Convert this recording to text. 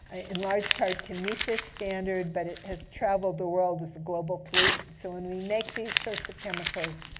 in large part to meet this standard. but it has traveled the world, this global pollutant. so when we make these sorts of chemicals,